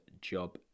job